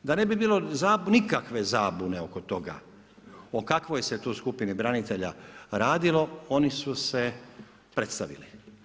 Da ne bi bilo nikakve zabune oko toga o kakvoj se tu skupini branitelja radilo, oni su se predstavili.